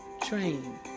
Train